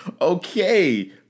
Okay